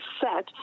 set